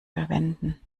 verwenden